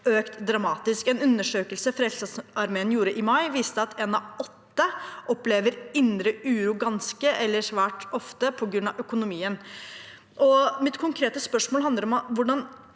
økt dramatisk. En undersøkelse Frelsesarmeen gjorde i mai, viste at en av åtte opplever indre uro ganske ofte eller svært ofte på grunn av økonomien. Mitt konkrete spørsmål handler om: Hvordan